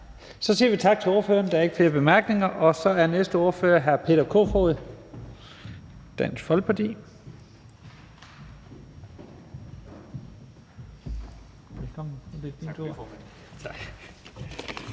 Så siger vi tak til ordføreren. Der er ikke flere korte bemærkninger, og så er den næste ordfører hr. Peter Kofod, Dansk Folkeparti.